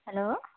hello